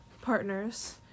partners